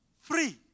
Free